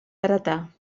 heretar